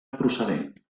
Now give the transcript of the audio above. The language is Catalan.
procedent